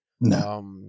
No